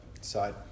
side